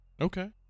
okay